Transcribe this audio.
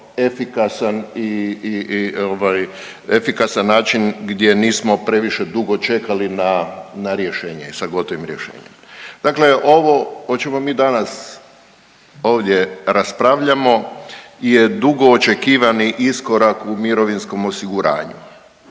efikasan način gdje nismo previše dugo čekali na rješenje sa gotovim rješenjem. Dakle, ovo o čemu mi danas ovdje raspravljamo je dugo očekivani iskorak u mirovinskom osiguranju.